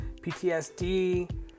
PTSD